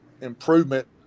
improvement